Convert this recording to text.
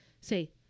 say